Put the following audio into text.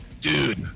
Dude